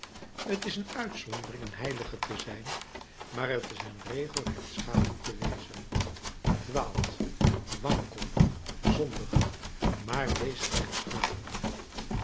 t is een uitzondering een heilige te zijn maar t is een regel rechtschapen te wezen dwaalt wankelt zondigt maar weest